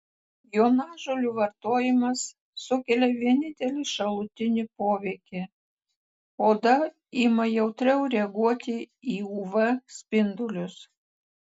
jonažolių vartojimas sukelia vienintelį šalutinį poveikį oda ima jautriau reaguoti į uv spindulius